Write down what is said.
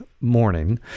morning